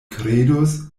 kredus